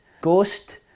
ghost